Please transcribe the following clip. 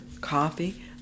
coffee